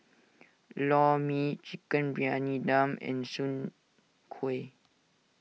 Lor Mee Chicken Briyani Dum and Soon Kway